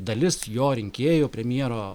dalis jo rinkėjų premjero